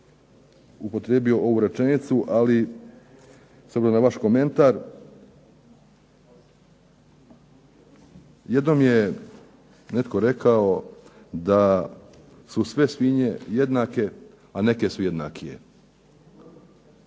upotrijebio ovu rečenicu, s obzirom na vaš komentar, jednom je netko rekao da su sve svinje jednake a neke su jednakije.